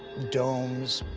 domes,